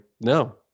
no